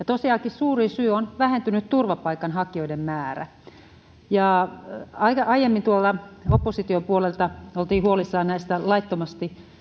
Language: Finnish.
tosiaankin suurin syy on vähentynyt turvapaikanhakijoiden määrä aiemmin opposition puolelta oltiin huolissaan laittomasti